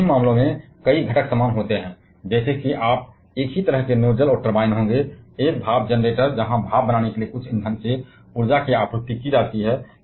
दोनों ही मामलों में कई घटक समान होते हैं जैसे आप एक ही तरह के नोजल और टर्बाइन होंगे एक भाप जनरेटर जहां भाप बनाने के लिए कुछ ईंधन से ऊर्जा की आपूर्ति की जाती है